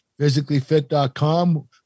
Physicallyfit.com